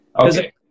Okay